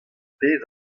pezh